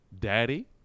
daddy